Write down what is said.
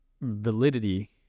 validity